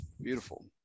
Beautiful